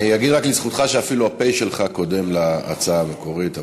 אני אגיד רק לזכותך שאפילו ה"פ" שלך קודם להצעה המקורית,